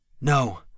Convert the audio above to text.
No